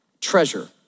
Treasure